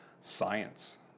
science